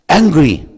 angry